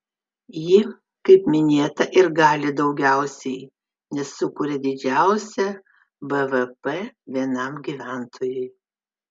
ji kaip minėta ir gali daugiausiai nes sukuria didžiausią bvp vienam gyventojui